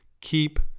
keep